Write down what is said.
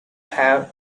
have